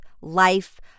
life